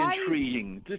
intriguing